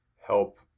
help